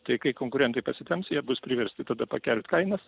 tai kai konkurentai pasitemps jie bus priversti tada pakelt kainas